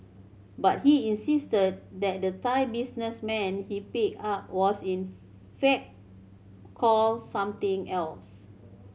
but he insisted that the Thai businessman he picked up was in fact called something else